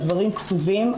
הדברים כתובים,